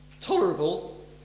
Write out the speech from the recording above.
tolerable